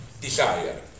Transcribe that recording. desire